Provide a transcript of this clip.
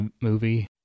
movie